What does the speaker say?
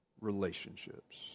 relationships